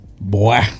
boy